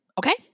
Okay